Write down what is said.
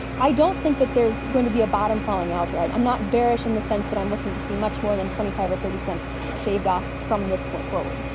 i don't think that there's going to be a bottom falling out here. i'm not bearish in the sense that i'm looking to see much more than twenty five or thirty cents shaved off from this point forward.